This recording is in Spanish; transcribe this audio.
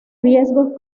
riesgos